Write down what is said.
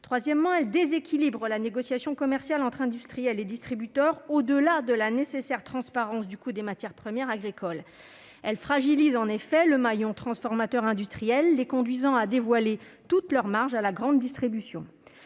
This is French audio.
Troisièmement, elle déséquilibre la négociation commerciale entre industriels et distributeurs, au-delà de la nécessaire transparence du coût des matières premières agricoles. Elle fragilise en effet le maillon des transformateurs et industriels, en les conduisant à dévoiler toutes leurs marges à la grande distribution.